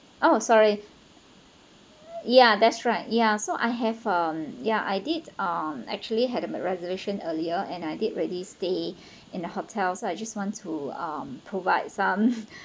oh sorry yeah that's right yeah so I have um yeah I did um actually had a reservation earlier and I did already stayed in the hotel so I just want to um provide some